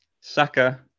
Saka